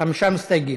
חמישה מסתייגים.